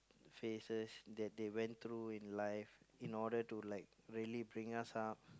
phases that they went through in life in order to like really bring us up